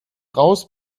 raus